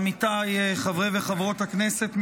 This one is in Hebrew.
עמיתיי חברי וחברות הכנסת,